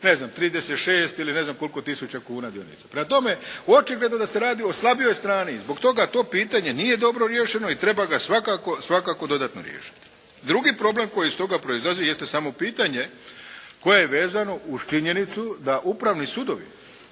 ne znam 36 ili ne znam koliko tisuća kuna dionica. Prema tome očigledno da se radi o slabijoj strani i zbog toga to pitanje nije dobro riješeno i treba ga svakako dodatno riješiti. Drugi problem koji iz toga proizlazi jeste samo pitanje koje je vezano uz činjenicu da upravni sudovi